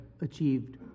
achieved